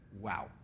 wow